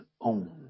own